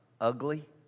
ugly